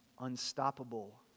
Unstoppable